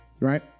Right